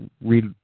read